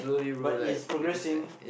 but it's progressing